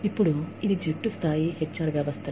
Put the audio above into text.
ఇప్పుడు ఇది జట్టు స్థాయి HR వ్యవస్థలు